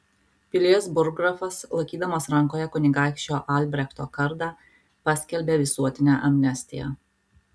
pilies burggrafas laikydamas rankoje kunigaikščio albrechto kardą paskelbė visuotinę amnestiją